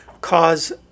cause